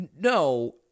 no